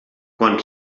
quan